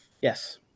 Yes